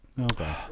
Okay